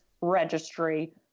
registry